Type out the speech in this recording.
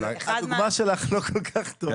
הדוגמה שלך לא כל כך טובה.